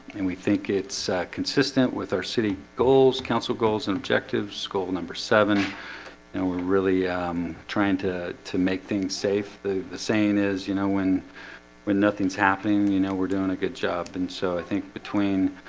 and we think it's consistent with our city goals council goals and objectives goal number seven and we're really trying to to make things safe. the the saying is, you know, when when nothing's happening, you know, we're doing a good job and so i think between